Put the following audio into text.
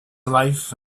life